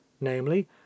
namely